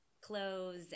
clothes